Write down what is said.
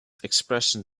expression